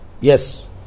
Yes